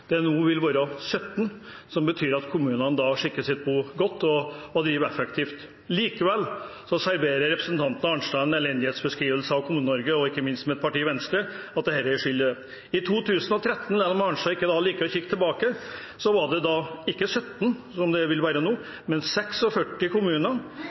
vil nå være 17, noe som betyr at kommunene skikker sitt bo godt og driver effektivt. Likevel serverer representanten Arnstad en elendighetsbeskrivelse av Kommune-Norge og sier ikke minst at mitt parti Venstre er skyld i det. I 2013 – selv om Arnstad ikke liker å se seg tilbake – var det ikke 17, som det vil være nå, men 46 kommuner